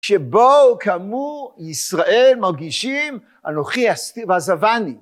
שבו כאמור ישראל מרגישים אנוכי ועזבני.